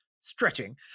stretching